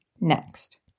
next